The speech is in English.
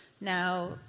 now